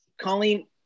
Colleen